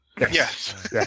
Yes